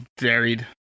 varied